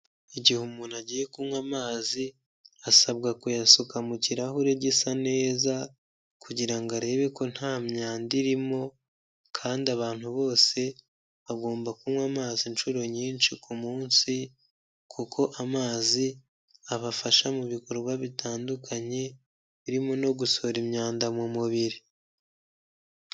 Igihe umuntu agiye kunywa amazi, asabwa kuyasuka mu kirahure gisa neza, kugira ngo arebe ko nta myanda irimo; kandi abantu bose, bagomba kunywa amazi inshuro nyinshi ku munsi, kuko amazi, abafasha mu bikorwa bitandukanye, birimo no gusohora imyanda mu mubiri.